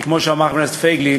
כמו שאמר חבר הכנסת פייגלין,